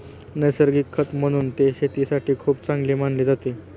नैसर्गिक खत म्हणून ते शेतीसाठी खूप चांगले मानले जाते